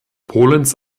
polens